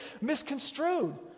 misconstrued